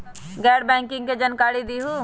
गैर बैंकिंग के जानकारी दिहूँ?